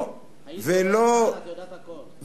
את יודעת הכול.